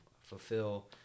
fulfill